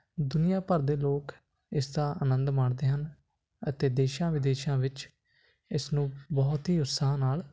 ਦੁਨੀਆਂ ਭਰ ਦੇ ਲੋਕ ਇਸ ਦਾ ਆਨੰਦ ਮਾਣਦੇ ਹਨ ਅਤੇ ਦੇਸ਼ਾਂ ਵਿਦੇਸ਼ਾਂ ਵਿੱਚ ਇਸ ਨੂੰ ਬਹੁਤ ਹੀ ਉਤਸਾਹ ਨਾਲ